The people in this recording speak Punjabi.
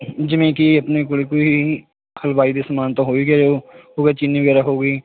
ਜਿਵੇਂ ਕਿ ਆਪਣੇ ਕੋਲ ਕੋਈ ਹਲਵਾਈ ਦੇ ਸਮਾਨ ਤੋਂ ਹੋਏਗਾ ਚੀਨੀ ਵਗੈਰਾ ਹੋ ਗਈ